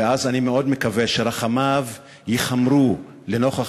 ואז אני מאוד מקווה שרחמיו ייכמרו לנוכח